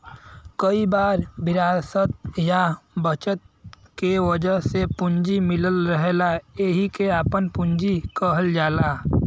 कई बार विरासत या बचत के वजह से पूंजी मिलल रहेला एहिके आपन पूंजी कहल जाला